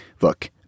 look